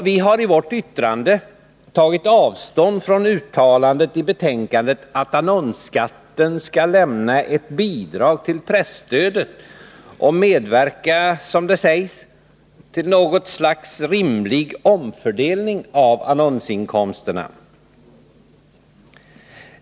Vi har i vårt yttrande tagit avstånd från uttalandet i betänkandet att annonsskatten skall lämna ett bidrag till presstödet och medverka, som det sägs, till något slags ”rimlig omfördelning av annonsinkomsterna”.